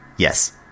Yes